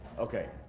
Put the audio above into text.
okay.